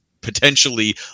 potentially